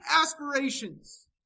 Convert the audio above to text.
aspirations